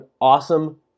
awesome